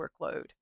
workload